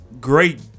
great